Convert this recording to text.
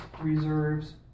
reserves